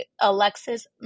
Alexis